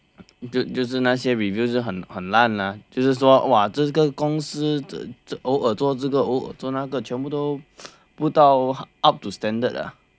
就是那些是很很烂啦就是说哇这个公司只偶尔做这个偶尔做那个全部都不到 up to standard 的